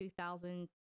2000